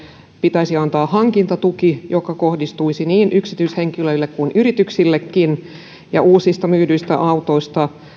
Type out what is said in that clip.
pitäisi antaa hankintatuki joka kohdistuisi niin yksityishenkilöille kuin yrityksillekin uusista myydyistä autoistahan